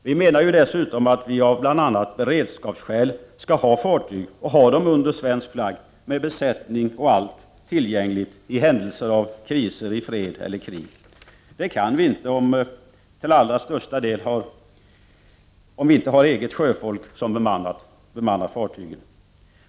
Vi menar dessutom att Sverige av bl.a. beredskapsskäl skall ha fartyg under svensk flagg med besättning och allt tillgängliga i händelse av kriser i fred eller krig. Det kan vi inte om vi inte till allra största delen har eget sjöfolk som bemannar fartygen.